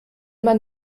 man